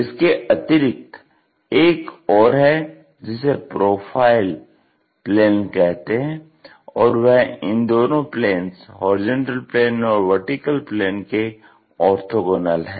इसके अतिरिक्त एक और है जिसे प्रोफाइल प्लेन कहते हैं और वह इन दोनों प्लेन्स HP और VP के ओर्थोगोनल है